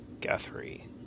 Guthrie